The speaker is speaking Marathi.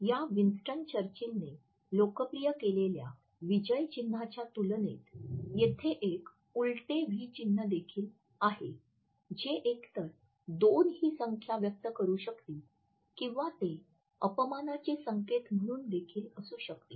या विन्स्टन चर्चिलने लोकप्रिय केलेल्या विजय चिन्हाच्या तुलनेत तेथे एक उलटे व्ही चिन्ह देखील आहे जे एकतर दोन ही संख्या व्यक्त करू शकते किंवा ते अपमानाचे संकेत म्हणून देखील असू शकते